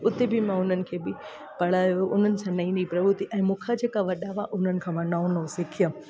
उते बि मां उन्हनि खे बि पढ़ायो उन्हनि सां नईं नईं प्रवृति ऐं मूं खां जेका वॾा हुआ उन्हनि खां मां नओं नओं सिखियमि